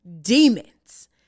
demons